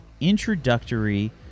introductory